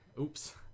Oops